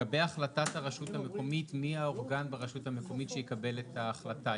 לגבי החלטת הראשות המקומית מי האורגן בראשות המקומית שיקבל את ההחלטה,